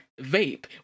vape